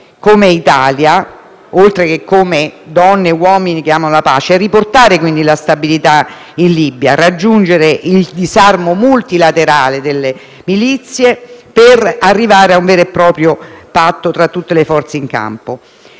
come Italia oltre che come donne e uomini che amano la pace, è riportare la stabilità in Libia: raggiungere il disarmo multilaterale delle milizie per arrivare a un vero e proprio patto tra tutte le forze in campo.